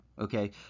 Okay